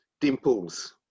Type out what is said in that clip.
dimples